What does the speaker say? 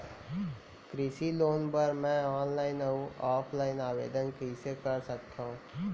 कृषि लोन बर मैं ऑनलाइन अऊ ऑफलाइन आवेदन कइसे कर सकथव?